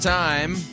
time